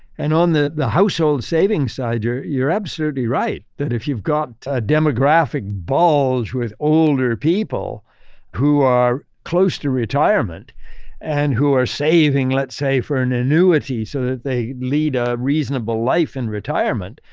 and on the the household savings side, you're you're absolutely right, that if you got a demographic bulge with older people who are close to retirement and who are saving, let's say, for an annuity so that they lead a reasonable life in retirement.